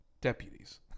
Deputies